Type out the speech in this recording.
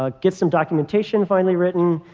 ah get some documentation finally written.